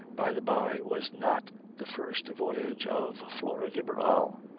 by the by, was not the first voyage of flora de barral.